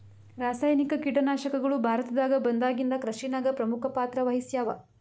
ರಾಸಾಯನಿಕ ಕೀಟನಾಶಕಗಳು ಭಾರತದಾಗ ಬಂದಾಗಿಂದ ಕೃಷಿನಾಗ ಪ್ರಮುಖ ಪಾತ್ರ ವಹಿಸ್ಯಾವ